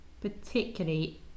particularly